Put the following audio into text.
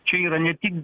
čia yra ne tik